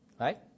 right